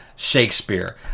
Shakespeare